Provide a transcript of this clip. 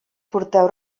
porteu